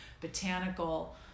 botanical